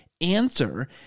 answer